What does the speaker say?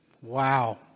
Wow